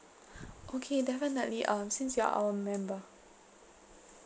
okay definitely um since you are our member